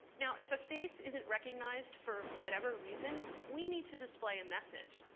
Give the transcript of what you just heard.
now, if a face isn't recognized for whatever reason, we need to display a message.